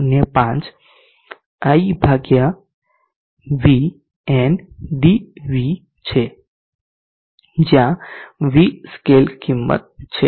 05 I ભાગ્યા Vndv છે જ્યાં V સ્કેલ કિમત છે